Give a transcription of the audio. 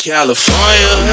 California